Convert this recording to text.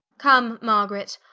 come margaret,